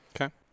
Okay